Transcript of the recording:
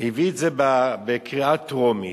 הביא את זה לקריאה טרומית,